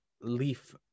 leaf